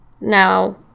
now